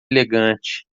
elegante